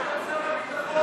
שר הביטחון,